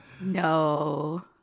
No